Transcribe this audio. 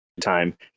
time